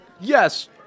Yes